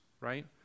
right